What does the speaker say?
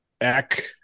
Eck